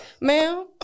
Ma'am